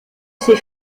ses